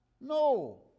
No